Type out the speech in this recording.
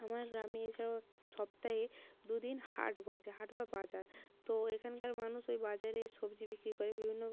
আমার গ্রামে এছাড়াও সপ্তাহে দু দিন হাট বসে হাট বা বাজার তো এখানকার মানুষ ওই বাজারে সবজি বিক্রি করে বিভিন্ন